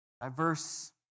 Diverse